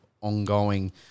ongoing